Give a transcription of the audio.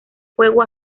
fuego